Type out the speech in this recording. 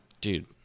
dude